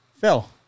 Phil